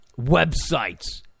websites